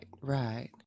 right